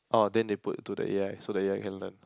oh then they put to the a_i so the a_i can learn